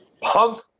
Punk